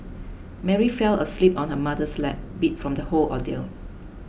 Mary fell asleep on her mother's lap beat from the whole ordeal